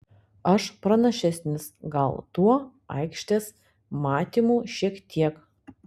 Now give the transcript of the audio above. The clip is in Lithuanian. aš pranašesnis gal tuo aikštės matymu šiek tiek